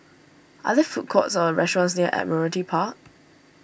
are there food courts or restaurants near Admiralty Park